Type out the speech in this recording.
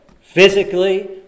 physically